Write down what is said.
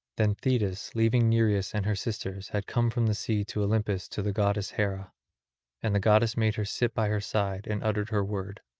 then thetis leaving nereus and her sisters had come from the sea to olympus to the goddess hera and the goddess made her sit by her side and uttered her word